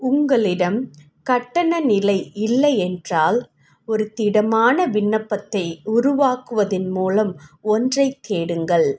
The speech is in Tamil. உங்களிடம் கட்டண நிலை இல்லையென்றால் ஒரு திடமான விண்ணப்பத்தை உருவாக்குவதன் மூலம் ஒன்றைத் தேடுங்கள்